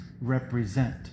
represent